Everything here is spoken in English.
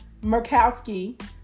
Murkowski